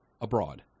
abroad